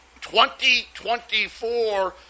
2024